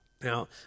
Now